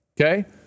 Okay